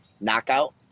Knockout